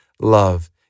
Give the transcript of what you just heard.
love